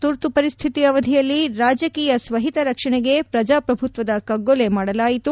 ತುರ್ತು ಪರಿಸ್ಡಿತಿ ಅವಧಿಯಲ್ಲಿ ರಾಜಕೀಯ ಸ್ವಹಿತ ರಕ್ಷಣೆಗೆ ಪ್ರಜಾಪ್ರಭುತ್ವದ ಕಗ್ಗೊಲೆ ಮಾಡಲಾಯಿತು